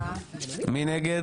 מי נמנע?